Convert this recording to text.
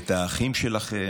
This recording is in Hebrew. את האחים שלכם?